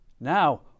Now